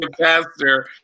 Pastor